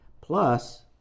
Plus